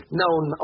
known